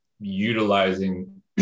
utilizing